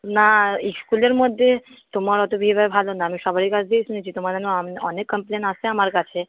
না স্কুলের মধ্যে তোমার অতো বিহেভিয়ার ভালো না আমি সবাইয়ের কাছ দিয়েই শুনেছি তোমার অনেক কমপ্লেন আসে আমার কাছে